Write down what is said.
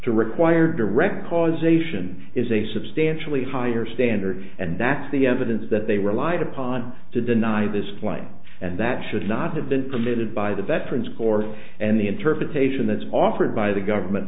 to require direct causation is a substantially higher standard and that's the evidence that they relied upon to deny this flight and that should not have been permitted by the veterans court and the interpretation that's offered by the government